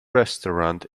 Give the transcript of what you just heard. restaurant